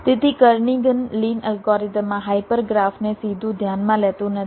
તેથી Kernighan Lin algorithm આ hyper ગ્રાફને સીધું ધ્યાનમાં લેતું નથી